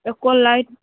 एकोलाइट